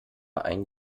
ein